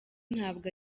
ntabwo